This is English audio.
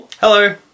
Hello